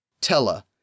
Tella